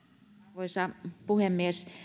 arvoisa puhemies